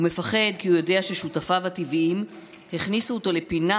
הוא מפחד כי הוא יודע ששותפיו הטבעיים הכניסו אותו לפינה